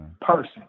person